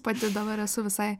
pati dabar esu visai